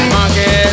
Monkey